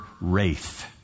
wraith